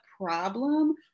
problem